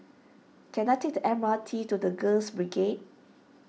can I take the M R T to the Girls Brigade